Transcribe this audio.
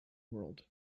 world